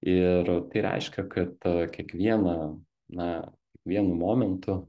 ir tai reiškia kad kiekvieną na vienu momentu